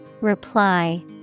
Reply